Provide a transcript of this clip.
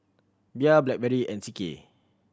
Bia Blackberry and C K